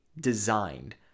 designed